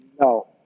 No